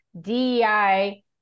DEI